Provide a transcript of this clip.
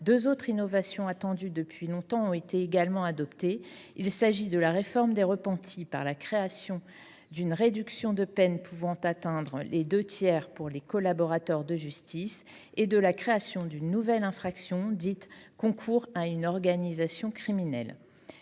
Deux autres innovations attendues depuis longtemps ont été également adoptées. Il s'agit de la réforme des repentis par la création d'une réduction de peine pouvant atteindre les deux tiers pour les collaborateurs de justice et de la création d'une nouvelle infraction, dite concours à une organisation criminelle.